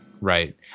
Right